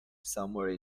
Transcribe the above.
somewhere